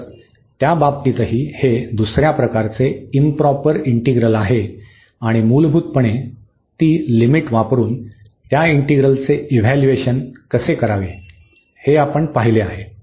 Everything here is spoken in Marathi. तर त्या बाबतीतही हे दुसर्या प्रकाराचे इंप्रॉपर इंटिग्रल आहे आणि मूलभूतपणे ती लिमिट वापरुन त्या इंटिग्रलचे इव्हॅल्यूएशन कसे करावे हे आपण पाहिले आहे